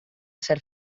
ser